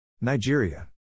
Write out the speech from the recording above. Nigeria